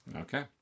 Okay